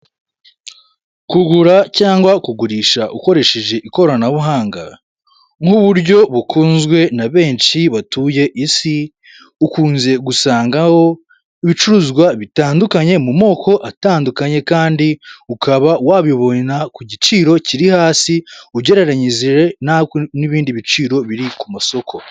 Kugura cyangwa kugurisha ukoresheje ikoranabuhanga, nk'uburyo bukunzwe na benshi batuye isi, ukunze gusangaho ibicuruzwa bitandukanye mu moko atandukanye kandi ukaba wabibona ku giciro kiri hasi ugereranyije n'ibindi biciro biri ku masoko.